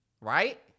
Right